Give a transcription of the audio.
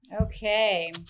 Okay